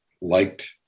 liked